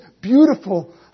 beautiful